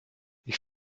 ich